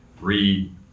read